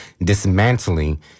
dismantling